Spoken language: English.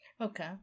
Okay